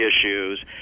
issues